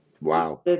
Wow